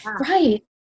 Right